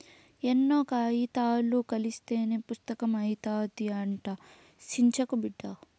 ఎన్నో కాయితాలు కలస్తేనే పుస్తకం అయితాది, అట్టా సించకు బిడ్డా